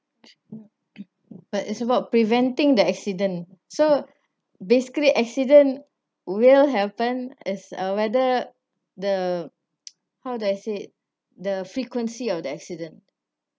but it's about preventing the accident so basically accident will happen is uh whether the how do I said the frequency of the accident